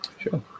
Sure